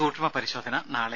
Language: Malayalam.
സൂക്ഷ്മ പരിശോധന നാളെ